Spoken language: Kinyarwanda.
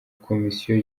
komisiyo